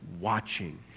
watching